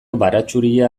baratxuria